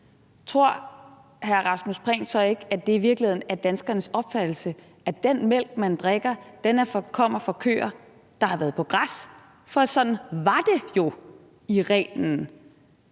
ikke, at det i virkeligheden er danskernes opfattelse, at den mælk, de drikker, kommer fra køer, der har været på græs, for sådan var det jo i reglen?